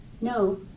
No